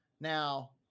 Now